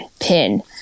pin